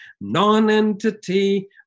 non-entity